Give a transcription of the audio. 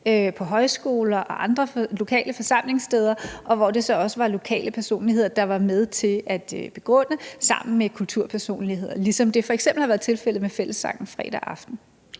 på højskoler og andre lokale forsamlingssteder, og hvor det så også var lokale personligheder, der var med til sammen med kulturpersonligheder at begrunde det, ligesom det f.eks. har været tilfældet med fællessangen fredag aften.